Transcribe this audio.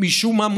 משום מה,